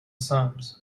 sums